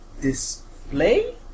display